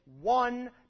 one